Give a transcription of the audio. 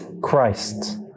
Christ